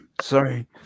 sorry